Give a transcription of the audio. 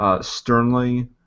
sternly